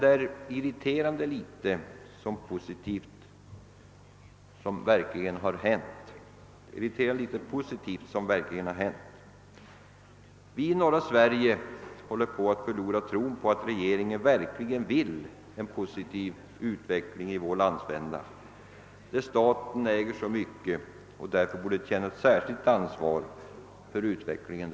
Det är emellertid irriterande litet positivt som verkligen har hänt. Vi håller i norra Sverige på att förlora tron på att regeringen verkligen önskar en positiv ut veckling i vår landsända, där staten äger så mycket och därför borde känna ett speciellt ansvar för utvecklingen.